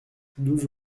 douze